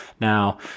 Now